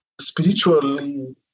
spiritually